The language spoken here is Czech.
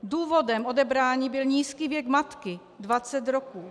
Důvodem odebrání byl nízký věk matky, 20 roků.